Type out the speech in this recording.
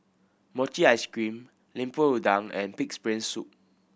mochi ice cream Lemper Udang and Pig's Brain Soup